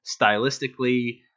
stylistically